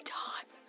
time